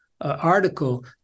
article